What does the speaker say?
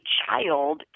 child